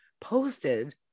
posted